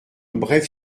brève